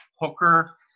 hooker